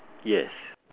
yes